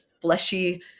fleshy